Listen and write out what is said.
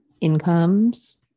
incomes